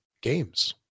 games